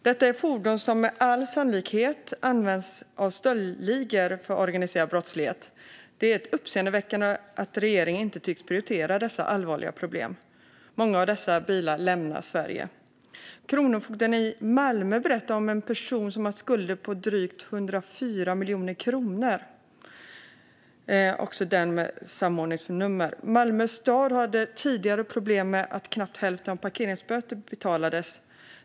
Detta är fordon som med all sannolikhet används av stöldligor för organiserad brottslighet. Det är uppseendeväckande att regeringen inte tycks prioriterade dessa allvarliga problem. Många av de här bilarna lämnar Sverige. Kronofogden i Malmö berättar om en person med samordningsnummer som har skulder på drygt 104 miljoner kronor. Malmö stad hade tidigare problem med att knappt hälften av parkeringsböterna betalades.